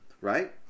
Right